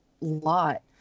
lot